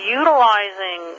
utilizing